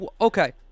Okay